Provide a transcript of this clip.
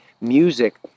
music